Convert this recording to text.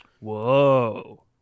Whoa